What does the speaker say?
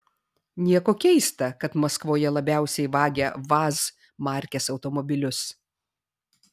nieko keista kad maskvoje labiausiai vagia vaz markės automobilius